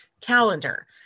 calendar